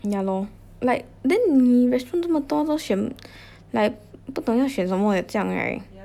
yeah lor like then 你 restaurant 这么多 just 选 like 不懂要选什么这样 right